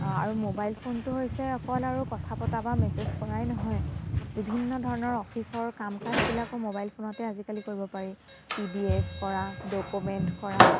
আৰু মোবাইল ফোনটো হৈছে অকল আৰু কথা পতাই বা মেছেজ কৰাই নহয় বিভিন্ন ধৰণৰ অফিচৰ কাম কাজবিলাকো আজিকালি মোবাইল ফোনতে কৰিব পাৰি পি ডি এফ কৰা ডকুমেণ্ট কৰা